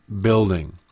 building